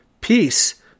Peace